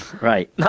Right